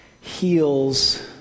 heals